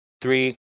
three